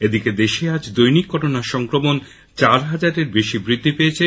এদিকে দেশ আজ দৈনিক করোনা সংক্রমণ চার হাজারের বেশি বৃদ্ধি পেয়েছে